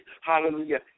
hallelujah